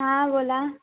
हां बोला